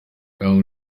young